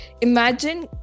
imagine